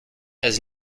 has